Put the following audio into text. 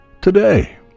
today